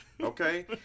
okay